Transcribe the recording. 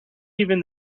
even